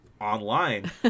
online